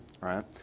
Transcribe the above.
right